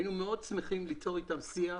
היינו מאוד שמחים ליצור אתם שיח